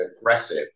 aggressive